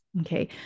Okay